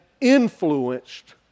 influenced